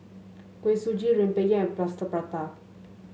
Kuih Suji rempeyek Plaster Prata